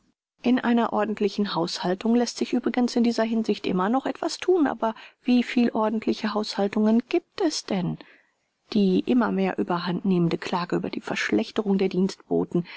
in einer ordentlichen haushaltung läßt sich übrigens in dieser hinsicht immer noch etwas thun aber wie viel ordentliche haushaltungen gibt es denn die immer mehr überhandnehmende klage über die verschlechterung der dienstboten